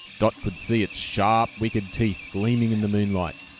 dot could see its sharp wicked teeth gleaming in the moonlight.